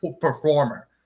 performer